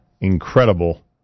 incredible